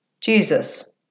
Jesus